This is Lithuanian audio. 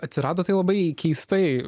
atsirado tai labai keistai